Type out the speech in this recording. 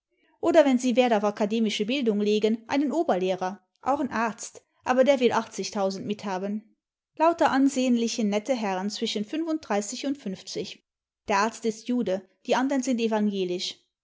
oder wenn sie wert auf akademische bildung legen einen oberlehrer auch n arzt aber der will achtzigtausend mithaben lauter ansehnliche nette herren zwischen fünfimddreißig und fünfzig der arzt ist jude die andern sind evangelisch